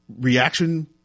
reaction